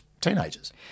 teenagers